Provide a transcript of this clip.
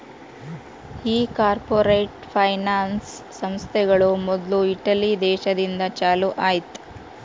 ಈ corporate finance ಸಂಸ್ಥೆಗಳು ಮೊದ್ಲು ಇಟಲಿ ದೇಶದಿಂದ ಚಾಲೂ ಆಯ್ತ್